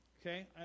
okay